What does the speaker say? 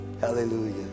Hallelujah